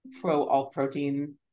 pro-all-protein